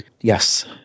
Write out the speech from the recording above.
Yes